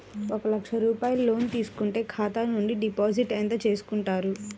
ఒక లక్ష రూపాయలు లోన్ తీసుకుంటే ఖాతా నుండి డిపాజిట్ ఎంత చేసుకుంటారు?